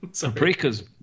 paprika's